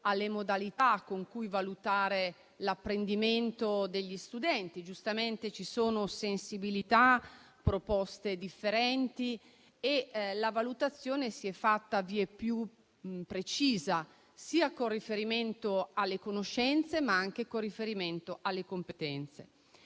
sulle modalità con cui valutare l'apprendimento degli studenti. Giustamente, ci sono sensibilità e proposte differenti e la valutazione si è fatta vieppiù precisa con riferimento sia alle conoscenze, sia alle competenze.